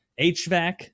HVAC